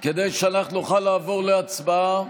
כדי שאנחנו נוכל לעבור להצבעה.